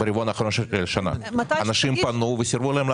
אנשים פנו וסורבו.